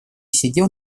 сидел